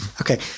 Okay